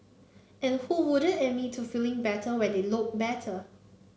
and who wouldn't admit to feeling better when they look better